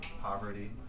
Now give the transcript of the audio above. poverty